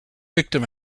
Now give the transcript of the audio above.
victim